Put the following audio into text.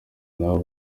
nabo